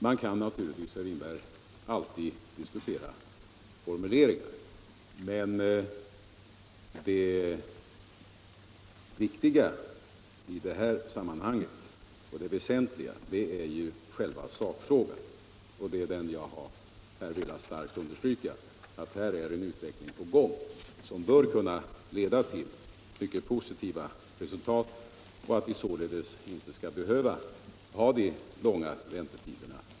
Man kan naturligtvis, herr Winberg, alltid diskutera formuleringar, men det väsentliga i det här sammanhanget är själva sakfrågan, och det är den jag här velat starkt understryka. En utveckling är på gång som bör kunna leda till mycket positiva resultat och att vi således inte skall behöva ha de långa väntetiderna.